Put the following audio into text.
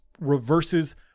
reverses